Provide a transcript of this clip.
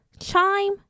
chime